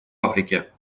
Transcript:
африке